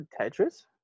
Tetris